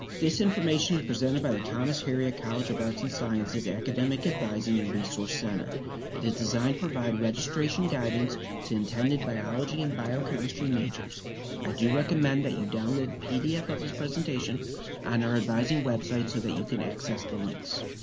this information is presented by the thomas harriot college of arts and sciences academic advising and resource center it is designed to provide registration guidance to intended biology and biochemistry majors i do recommend that you download the pdf of this presentation on our advising website so that you can access the links